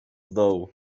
dołu